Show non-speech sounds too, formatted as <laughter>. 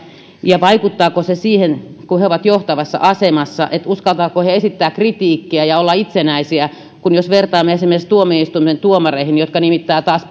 niin vaikuttaako se siihen kun he ovat johtavassa asemassa uskaltavatko he esittää kritiikkiä ja olla itsenäisiä ja jos vertaamme esimerkiksi tuomioistuimen tuomareihin jotka nimittää taas <unintelligible>